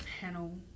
panel